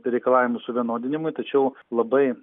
reikalavimų suvienodinimui tačiau labai